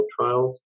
trials